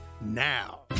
now